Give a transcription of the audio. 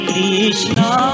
Krishna